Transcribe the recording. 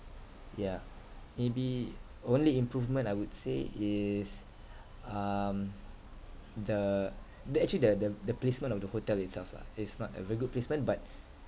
yeah maybe only improvement I would say is um the the actually the the the placement of the hotel itself lah is not a very good placement but